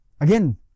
again